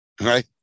right